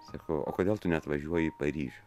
sako o kodėl tu neatvažiuoji į paryžių